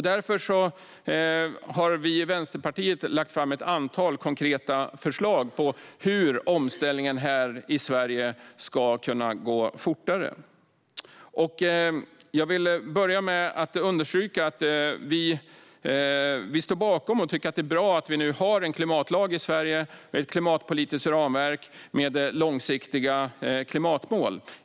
Därför har vi i Vänsterpartiet lagt fram ett antal konkreta förlag på hur omställningen i Sverige ska kunna gå fortare. Jag vill börja med att understryka att vi står bakom och tycker att det är bra att vi nu har en klimatlag i Sverige med ett klimatpolitiskt ramverk med långsiktiga klimatmål.